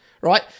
Right